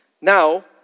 Now